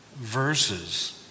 verses